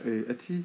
eh actually